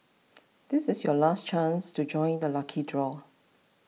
this is your last chance to join the lucky draw